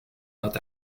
not